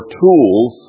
tools